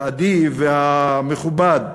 והאדיב והמכובד.